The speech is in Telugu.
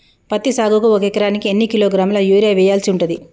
పత్తి సాగుకు ఒక ఎకరానికి ఎన్ని కిలోగ్రాముల యూరియా వెయ్యాల్సి ఉంటది?